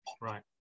right